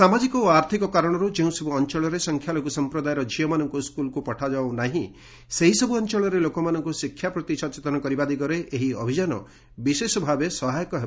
ସାମାଜିକ ଓ ଆର୍ଥକ କାରଣରୁ ଯେଉଁସବୁ ଅଞ୍ଚଳରେ ସଂଖ୍ୟାଲଘୁ ସମ୍ପ୍ରଦାୟର ଝିଅମାନଙ୍କ ସ୍କୁଲକ୍ ପଠାଯାଉନାହିଁ ସେହିସବ୍ ଅଞ୍ଚଳରେ ଲୋକମାନଙ୍କ ଶିକ୍ଷା ପ୍ରତି ସଚେତନ ହେବା ଦିଗରେ ଏହି ଅଭିଯାନ ବିଶେଷଭାବେ ସହାୟକ ହେବ